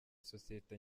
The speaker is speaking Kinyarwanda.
sosiyete